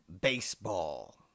baseball